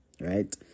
right